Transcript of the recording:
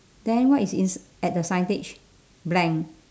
then what is ins~ at the signage blank